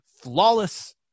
flawless